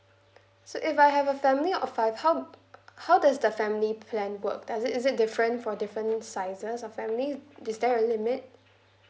so if I have a family of five how how does the family plan work does it is it different for different sizes of family is there a limit